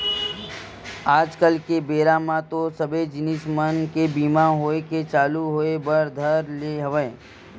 आज कल के बेरा म तो सबे जिनिस मन के बीमा होय के चालू होय बर धर ले हवय